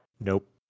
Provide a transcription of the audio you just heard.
Nope